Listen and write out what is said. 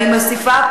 אני מוסיפה,